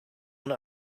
sohn